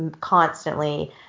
constantly